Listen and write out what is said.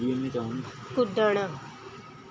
कुड॒ण